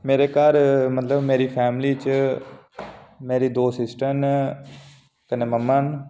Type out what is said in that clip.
में मेरे घर मतलब मेरी फैमिली च मेरी दो सिस्टर न कन्नै मम्मा न